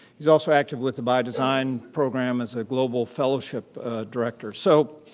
he's also active with the bio design program as a global fellowship director. so,